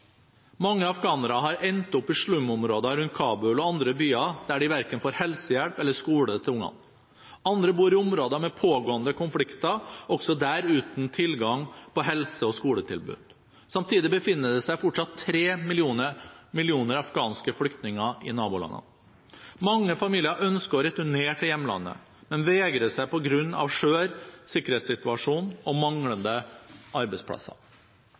Mange afghanere har endt opp i slumområder rundt Kabul og andre byer der de verken får helsehjelp eller skole til barna. Andre bor i områder med pågående konflikter – også der uten tilgang på helse- og skoletilbud. Samtidig befinner det seg fortsatt tre millioner afghanske flyktninger i nabolandene. Mange familier ønsker å returnere til hjemlandet, men vegrer seg på grunn av en skjør sikkerhetssituasjon og manglende arbeidsplasser.